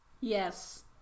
yes